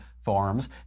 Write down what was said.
farms